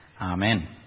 Amen